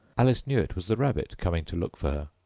alice knew it was the rabbit coming to look for her,